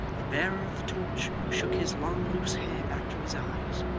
the bearer of the torch shook his long loose hair back from his eyes,